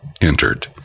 entered